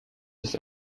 des